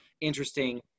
interesting